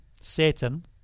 Satan